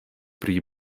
pri